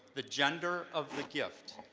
the gender of the gift,